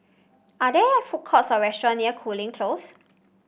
are there food courts or restaurant near Cooling Close